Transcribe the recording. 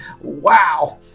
wow